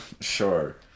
Sure